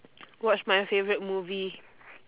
watch my favourite movie